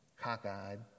cockeyed